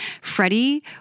Freddie